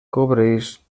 cobreix